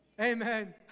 amen